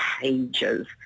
pages